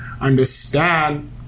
understand